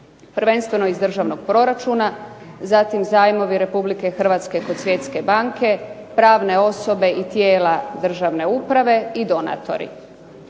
Prvenstveno iz državnog proračuna, zatim zajmovi Republike Hrvatske kod Svjetske banke, pravne osobe i tijela državne uprave i donatori.